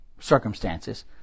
circumstances